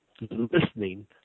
listening